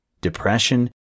Depression